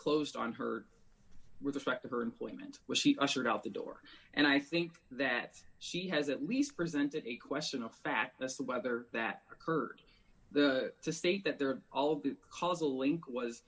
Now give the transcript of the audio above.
closed on her with respect to her employment was she ushered out the door and i think that she has at least presented a question of fact that's the weather that occurred the to state that they're all because the link was